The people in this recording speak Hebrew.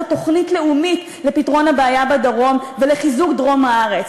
תוכנית לאומית לפתרון הבעיה בדרום ולחיזוק דרום הארץ.